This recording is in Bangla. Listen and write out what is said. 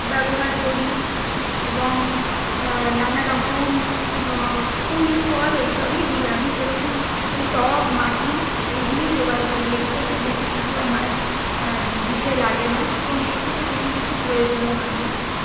ব্যবহার করি এবং নানা রকম ফুল ফল এই সবই দিই আমি সেরকম ওই টব মাটি এইগুলোই জোগাড় করি এর থেকে বেশি কিছু আমার দিতে লাগে না এবং এর থেকে বেশি কিছু প্রয়োজনও হয় না